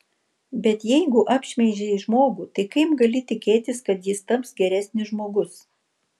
bet jeigu apšmeižei žmogų tai kaip gali tikėtis kad jis taps geresnis žmogus